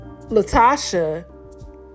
Latasha